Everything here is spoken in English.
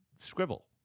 scribble